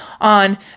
on